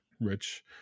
rich